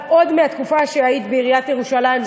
עוד מהתקופה שהיית בעיריית ירושלים,